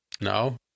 no